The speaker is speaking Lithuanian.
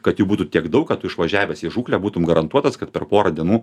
kad jų būtų tiek daug kad tu išvažiavęs į žūklę būtum garantuotas kad per porą dienų